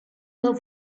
were